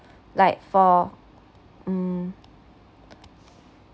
like for um